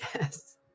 Yes